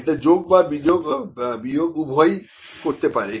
এটা যোগ বা বিয়োগ উভয় করা যেতে পারে